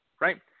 right